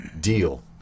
deal